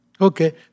Okay